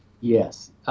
Yes